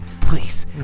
Please